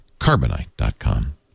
Carbonite.com